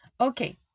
okay